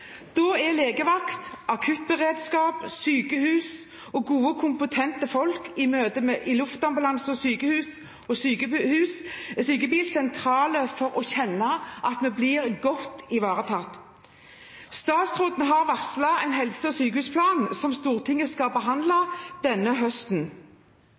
Da er legevakt, akuttberedskap, sykehus og gode, kompetente folk i luftambulanse og i sykebil sentralt for å kjenne at vi blir godt ivaretatt. Statsråden har varslet en helse- og sykehusplan som Stortinget skal behandle til høsten.